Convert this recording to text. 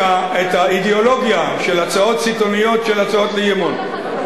האידיאולוגיה של הצעות סיטוניות של אי-אמון.